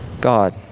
God